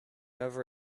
over